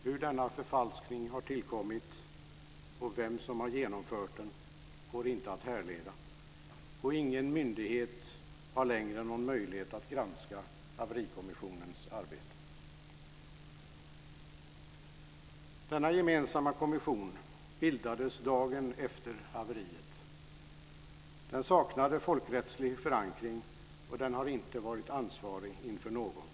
Hur denna förfalskning har tillkommit och vem som har genomfört den går inte att härleda, och ingen myndighet har längre någon möjlighet att granska haverikommissionens arbete. Denna gemensamma kommission bildades dagen efter haveriet. Den saknade folkrättslig förankring och har inte varit ansvarig inför någon.